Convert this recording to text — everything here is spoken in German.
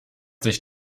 sich